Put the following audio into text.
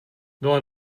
dole